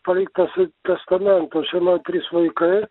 paliktas testamentu žinot trys vaikai